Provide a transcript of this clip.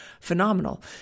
phenomenal